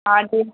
हाँ तो